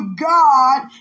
God